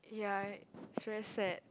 ya it's very sad